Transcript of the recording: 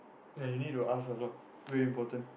ya you need to ask also very important